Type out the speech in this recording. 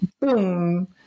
boom